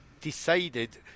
decided